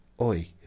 Oi